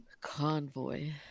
convoy